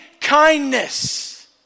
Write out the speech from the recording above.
kindness